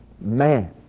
Man